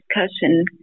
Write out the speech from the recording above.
discussion